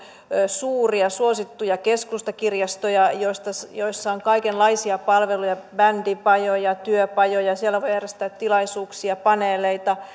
suuria suosittuja keskustakirjastoja joissa on kaikenlaisia palveluja bändipajoja työpajoja siellä voi järjestää tilaisuuksia paneeleita